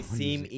seem